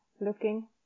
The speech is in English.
looking